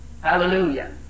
Hallelujah